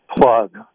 plug